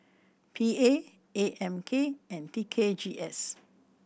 P A A M K and T K G S